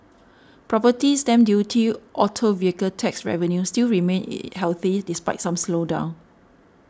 property stamp duty auto vehicle tax revenue still remain healthy despite some slowdown